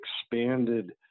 expanded